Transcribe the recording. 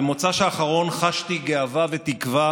במוצאי שבת האחרון חשתי גאווה ותקווה